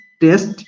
test